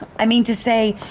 i mean to say,